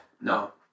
No